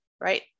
right